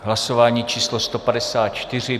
Hlasování číslo 154.